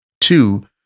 Two